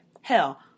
Hell